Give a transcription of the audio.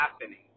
happening